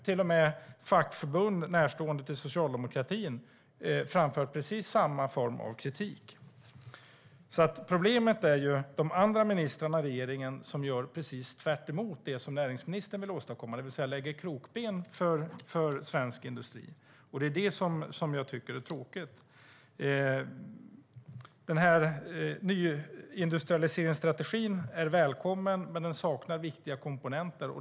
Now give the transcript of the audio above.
Till och med fackförbund som är närstående till socialdemokratin har framfört precis samma form av kritik. Problemet är att de andra ministrarna i regeringen gör precis tvärtemot det som näringsministern vill åstadkomma, det vill säga lägger krokben för svensk industri. Det är det som jag tycker är tråkigt. Nyindustrialiseringsstrategin är välkommen, men den saknar viktiga komponenter.